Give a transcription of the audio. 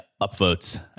upvotes